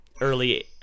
early